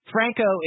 Franco